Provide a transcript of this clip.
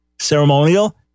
ceremonial